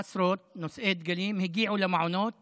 עשרות, הגיעו למעונות